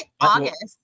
August